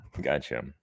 Gotcha